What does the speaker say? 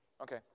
Okay